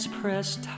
pressed